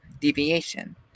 deviation